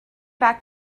back